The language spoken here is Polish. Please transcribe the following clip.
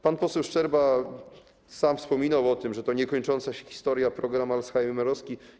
Pan poseł Szczerba sam wspominał o tym, że to niekończąca się historia - program alzheimerowski.